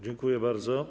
Dziękuję bardzo.